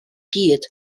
gyd